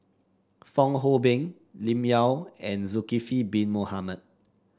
Fong Hoe Beng Lim Yau and Zulkifli Bin Mohamed